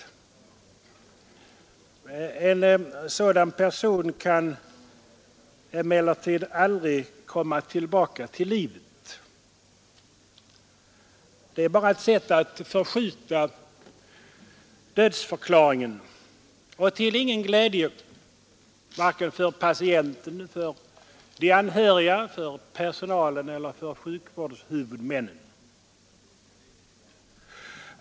Men en sådan person kan aldrig komma tillbaka till livet. Det är bara ett sätt att förskjuta dödförklaringen — och till ingen glädje för vare sig patienten, de anhöriga, personalen eller sjukvårdens huvudmän.